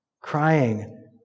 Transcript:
crying